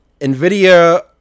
nvidia